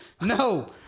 No